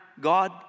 God